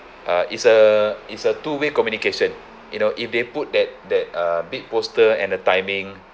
uh it's a it's a two way communication you know if they put that that uh big poster and a timing